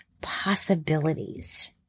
possibilities